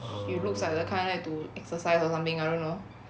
she looks like the kind like to exercise or something I don't know